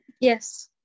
Yes